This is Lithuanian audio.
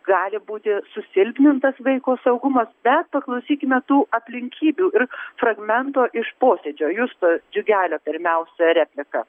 gali būti susilpnintas vaiko saugumas bet paklausykime tų aplinkybių ir fragmento iš posėdžio justo džiugelio pirmiausia replika